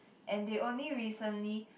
and they only recently